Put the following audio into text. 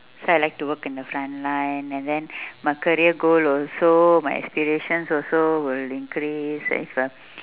so I like to work in the front line then my career goal also my aspirations also will increase if uh